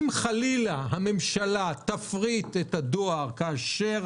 אם חלילה הממשלה תפריט את הדואר כאשר